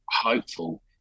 hopeful